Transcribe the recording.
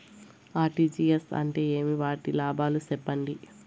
RTGS అంటే ఏమి? వాటి లాభాలు సెప్పండి?